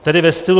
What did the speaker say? Tedy ve stylu: